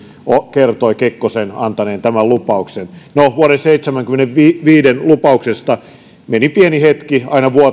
kertoi kekkosen antaneen tämän lupauksen no vuoden seitsemänkymmentäviisi lupauksesta meni pieni hetki aina